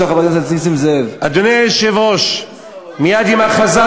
איך נפלת פה, בפרלמנט הישראלי, היהודי,